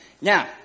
Now